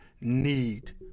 need